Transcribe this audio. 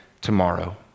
tomorrow